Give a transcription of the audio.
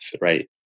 right